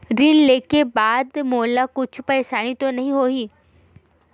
ऋण लेके बाद मोला कुछु परेशानी तो नहीं होही?